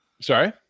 Sorry